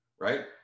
right